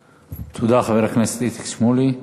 תודה, חבר הכנסת איציק שמולי.